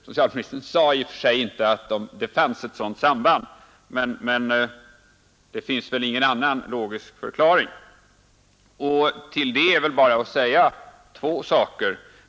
Socialministern sade i och för sig inte att det fanns ett sadant samband, men det finns väl ingen annan logisk förklaring. Till det är bara att säga två saker.